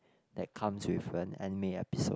that comes with the anime episode